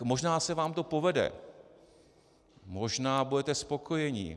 Možná se vám to povede, možná budete spokojeni.